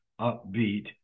upbeat